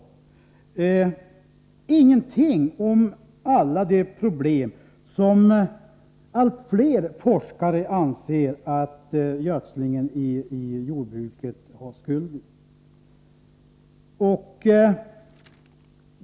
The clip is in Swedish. Det sägs ingenting om alla de problem som allt fler forskare anser att gödslingen i jordbruket har skulden till.